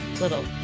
little